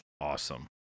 awesome